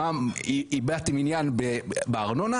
הבעתם עניין בארנונה